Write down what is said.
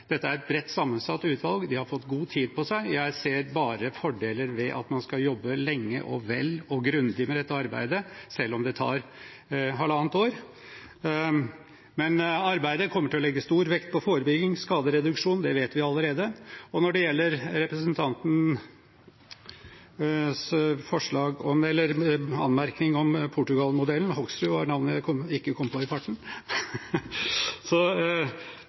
Dette er et bredt sammensatt utvalg. De har fått god tid på seg. Jeg ser bare fordeler ved at man skal jobbe lenge og vel og grundig med dette, selv om det tar halvannet år. Men arbeidet kommer til å legge stor vekt på forebygging og skadereduksjon. Det vet vi allerede. Når det gjelder representanten Hoksruds anmerkning om Portugal-modellen, har jeg lyst til å si at på et møte som komiteen hadde i